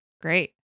Great